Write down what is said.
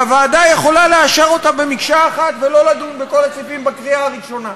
והוועדה יכולה לאשר אותה מקשה אחת ולא לדון בכל הסעיפים בקריאה הראשונה,